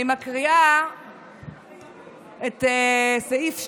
אני מקריאה את סעיף 2: